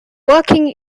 working